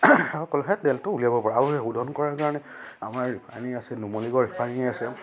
তেলটো উলিয়াব পাৰে আৰু সেই সোধন কৰাৰ কাৰণে আমাৰ ৰিফাইনাৰী আছে নুমলীগড় ৰিফাইনেৰী আছে